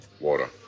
water